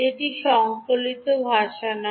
এটি সংকলিত ভাষা নয়